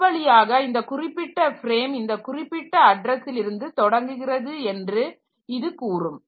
இவ்வழியாக இந்த குறிப்பிட்ட ஃப்ரேம் இந்த குறிப்பிட்ட அட்ரஸ்ஸில் இருந்து தொடங்குகிறது என்று இது கூறும்